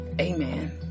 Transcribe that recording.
Amen